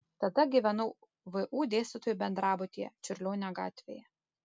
tada gyvenau vu dėstytojų bendrabutyje čiurlionio gatvėje